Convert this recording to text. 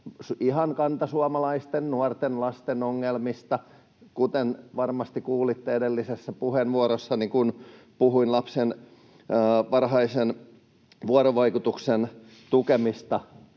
ihan kantasuomalaisten nuorten ja lasten ongelmista. Kuten varmasti kuulitte edellisessä puheenvuorossani, kun puhuin lapsen varhaisen vuorovaikutuksen tukemisesta